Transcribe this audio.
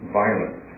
violence